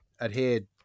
adhered